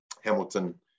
Hamilton